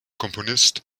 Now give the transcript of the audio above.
komponist